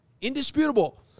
indisputable